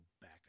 back